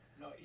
No